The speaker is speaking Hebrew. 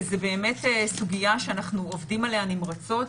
זו באמת סוגיה שאנחנו עובדים עליה נמרצות.